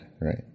right